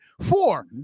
Four